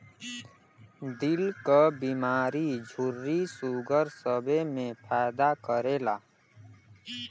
दिल क बीमारी झुर्री सूगर सबे मे फायदा करेला